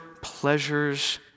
pleasures